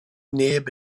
neb